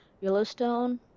Yellowstone